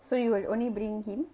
so you will only bring him